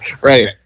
Right